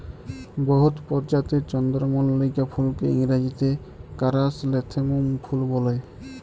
বহুত পরজাতির চল্দ্রমল্লিকা ফুলকে ইংরাজিতে কারাসলেথেমুম ফুল ব্যলে